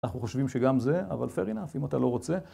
אנחנו חושבים שגם זה, אבל fair enough, אם אתה לא רוצה...